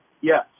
yes